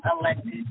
elected